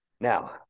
now